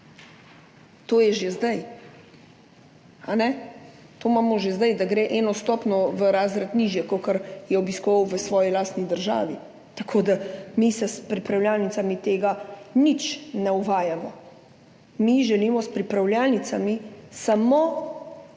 To je že zdaj, ali ni? To imamo že zdaj, da gre za eno stopnjo, v en razred nižje, kakor je obiskoval v svoji lastni državi. Tako da mi s pripravljalnicami tega nič ne uvajamo. Mi želimo s pripravljalnicami samo